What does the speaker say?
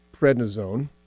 prednisone